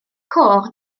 côr